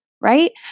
Right